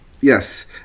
Yes